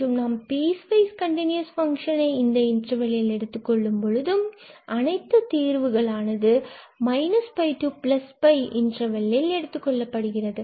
மற்றும் நாம் piecewise continuous ஃபங்ஷனை இந்த இன்டர்வெல்லில் எடுத்துக் கொள்ளும் போதும் அனைத்து தீர்வுகள் ஆனது இங்கு என்ற இன்டர்வெல் ல் எடுத்துக் கொள்ளப்படுகிறது